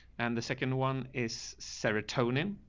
and the second one is serotonin.